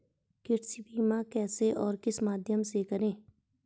कृषि बीमा कैसे और किस माध्यम से करें?